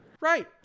Right